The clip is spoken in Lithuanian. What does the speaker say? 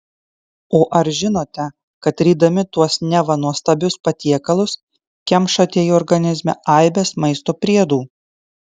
o ar žinote kad rydami tuos neva nuostabius patiekalus kemšate į organizmą aibes maisto priedų